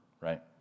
right